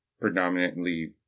predominantly